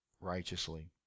righteously